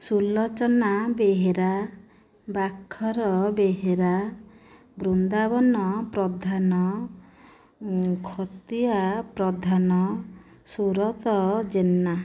Sulochana Behera Bakhar Behera Brindaban Pradhan Khatia Pradhan Surat Jena